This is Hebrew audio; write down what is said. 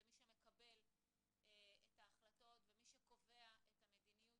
זה מי שמקבל את ההחלטות ומי שקובע את המדיניות,